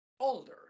older